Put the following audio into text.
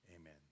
amen